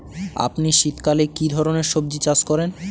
আপনি শীতকালে কী ধরনের সবজী চাষ করেন?